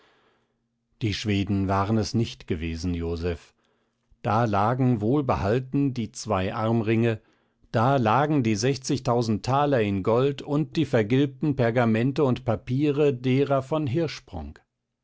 die schweden waren es nicht gewesen joseph da lagen wohlbehalten die zwei armringe da lagen die sechzigtausend thaler in gold und die vergilbten pergamente und papiere derer von